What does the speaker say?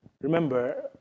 Remember